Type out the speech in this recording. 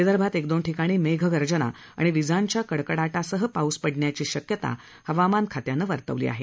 विदर्भात एक दोन ठिकाणी मेघगर्जना आणि विजांच्या कडकडाटासह पाऊस पडण्याची शक्यता हवामान खात्यानं वर्तवली आहे